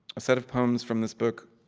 a set of poems from this book.